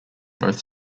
both